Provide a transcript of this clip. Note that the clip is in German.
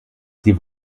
sie